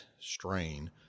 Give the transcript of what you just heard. strain